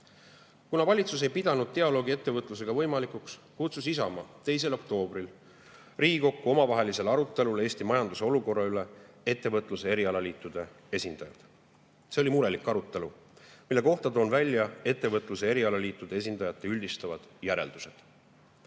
Kuna valitsus ei pidanud dialoogi ettevõtlusega võimalikuks, kutsus Isamaa 2. oktoobril Riigikokku omavahelisele arutelule Eesti majanduse olukorra üle ettevõtluse erialaliitude esindajad. See oli murelik arutelu, mille kohta toon välja ettevõtluse erialaliitude esindajate üldistavad järeldused.